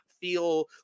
feel